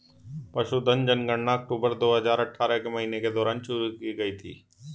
पशुधन जनगणना अक्टूबर दो हजार अठारह के महीने के दौरान शुरू की गई थी